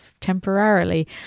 temporarily